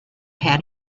had